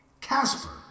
Casper